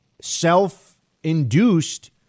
self-induced